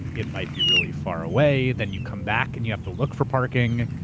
it might be really far away, then you come back and you have to look for parking.